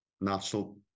national